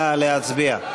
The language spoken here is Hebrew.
נא להצביע.